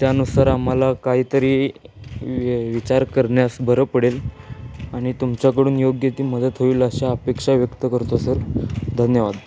त्यानुसार आम्हाला काहीतरी विचार करण्यास बरं पडेल आणि तुमच्याकडून योग्य ती मदत होईल अशा अपेक्षा व्यक्त करतो सर धन्यवाद